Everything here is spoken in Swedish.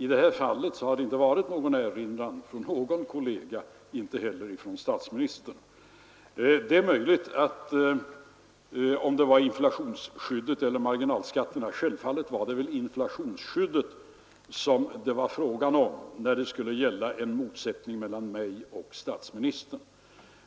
I detta fall har det inte varit någon erinran från någon kollega, inte heller från statsministern. Förmodligen var det väl inflationsskyddet som det var fråga om, när det skulle gälla en motsättning mellan statsministern och mig.